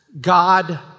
God